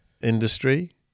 industry